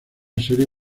serie